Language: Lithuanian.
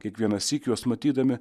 kiekvienąsyk juos matydami